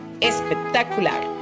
espectacular